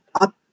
up